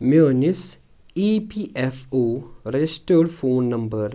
میٲنِس E P F O registered phone number